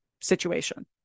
situation